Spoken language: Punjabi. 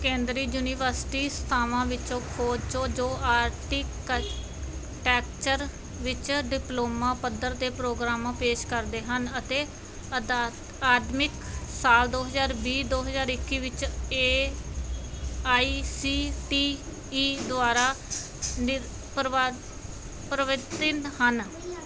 ਕੇਂਦਰੀ ਯੂਨੀਵਰਸਿਟੀ ਸੰਸਥਾਵਾਂ ਵਿੱਚ ਖੋਜੋ ਜੋ ਆਰਕੀਟੈਕਚਰ ਵਿੱਚ ਡਿਪਲੋਮਾ ਪੱਧਰ ਦੇ ਪ੍ਰੋਗਰਾਮ ਪੇਸ਼ ਕਰਦੇ ਹਨ ਅਤੇ ਅਤਾ ਅਕਾਦਮਿਕ ਸਾਲ ਦੋ ਹਜ਼ਾਰ ਵੀਹ ਦੋ ਹਜ਼ਾਰ ਇੱਕੀ ਵਿੱਚ A I C T E ਦੁਆਰਾ ਪ੍ਰਵਾ ਪ੍ਰਵਾਨਿਤ ਹਨ